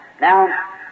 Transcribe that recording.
Now